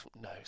No